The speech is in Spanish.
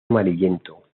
amarillento